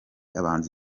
abahanzi